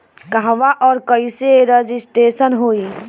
कहवा और कईसे रजिटेशन होई?